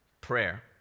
prayer